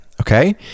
okay